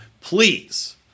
Please